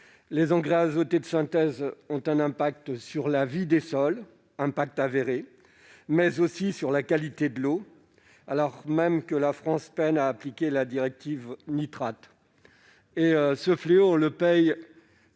Les engrais azotés de synthèse ont un impact avéré sur la vie des sols, mais aussi sur la qualité de l'eau, alors même que la France peine à appliquer la directive Nitrates. Ce fléau, nous le payons